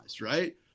right